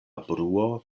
bruo